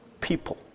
people